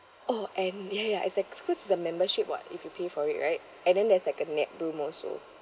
oh and yeah yeah exact cause it's a membership [what] if you pay for it right and then there's like a nap room also